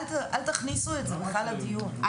אל תכניסו את זה בכלל לדיון.